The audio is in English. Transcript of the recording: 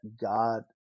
God